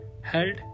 held